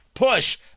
push